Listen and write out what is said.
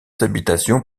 habitations